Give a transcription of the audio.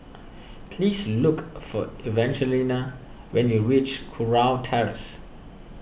please look for Evangelina when you reach Kurau Terrace